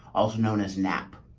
also known as nap.